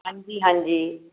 ਹਾਂਜੀ ਹਾਂਜੀ